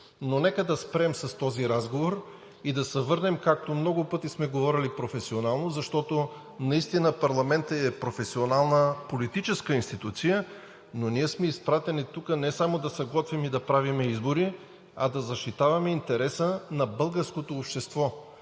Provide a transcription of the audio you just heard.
обаче да спрем с този разговор и да се върнем, както много пъти сме говорили, към професионалното, защото наистина парламентът е професионална политическа институция, но ние сме изпратени тук не само да се готвим и да правим избори, а да защитаваме интереса на българското общество.